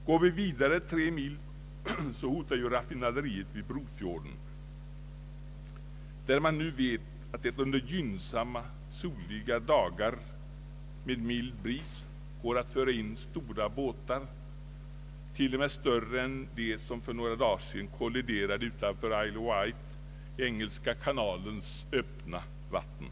Går vi vidare tre mil hotar raffinaderiet vid Bro fjorden, där vi vet att det, under gynnsamma soliga dagar med mild bris, går att föra in stora båtar — t.o.m. större än dem som för några dagar sedan kolliderade utanför Isle of Wight i Engelska kanalens öppna vatten.